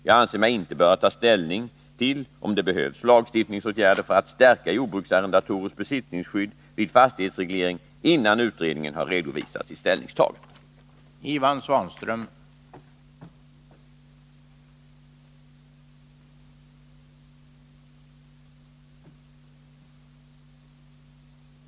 Jag anser mig inte böra ta ställning till om det behövs lagstiftningsåtgärder för att stärka jordbruksarrendatorers besittningsskydd vid fastighetsreglering innan utredningen har redovisat sitt ställningstagande.